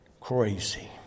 crazy